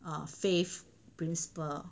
err faith principal